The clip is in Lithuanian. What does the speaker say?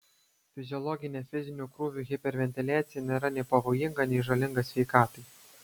fiziologinė fizinių krūvių hiperventiliacija nėra nei pavojinga nei žalinga sveikatai